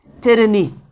tyranny